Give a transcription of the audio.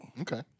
Okay